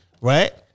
right